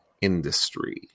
industry